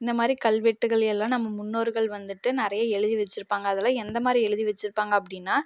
இந்தமாதிரி கல்வெட்டுகள் எல்லாம் நம்ம முன்னோர்கள் வந்துட்டு நிறைய எழுதி வச்சுருப்பாங்க அதில் எந்தமாதிரி எழுதி வச்சுருப்பாங்க அப்படின்னா